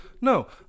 No